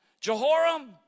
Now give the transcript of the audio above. Jehoram